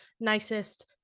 nicest